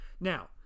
Now